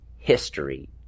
history